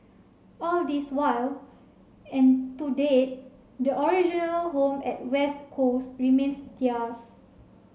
all this while and to date the original home at West Coast remains theirs